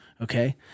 Okay